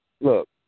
Look